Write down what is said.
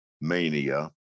mania